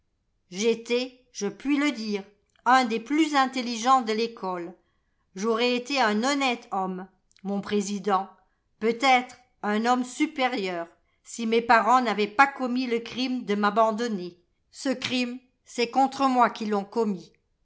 j'étais je puis le dire un des plus intelligents de l'école j'aurais été un honnête homme mon président peut-être un homme supérieur si mes parents n'avaient pas commis le crime de m'abandonner ce crime c'est contre moi qu'ils l'ont commis